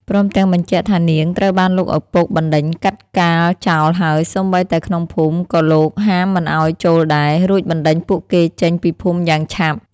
ព្រមទាំងបញ្ជាក់ថានាងត្រូវបានលោកឪពុកបណ្ដេញកាត់កាល់ចោលហើយសូម្បីតែក្នុងភូមិក៏លោកហាមមិនឲ្យចូលដែរ រួចបណ្ដេញពួកគេចេញពីភូមិយ៉ាងឆាប់។